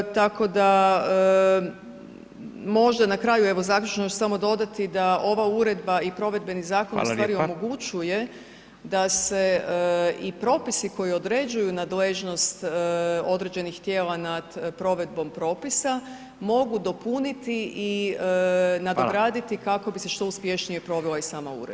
Tako da možda na kraju evo završno još samo dodati da ova uredba i provedbeni zakoni u stvari omogućuje [[Upadica: Hvala lijepa.]] da se i propisi koji određuju nadležnost određenih tijela nad provedbom propisa mogu dopuniti i nadograditi kako bi se što uspješnije provela i sama uredba.